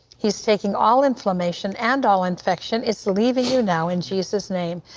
he is taking all inflammation and all infection, it's leaving you now, in jesus name.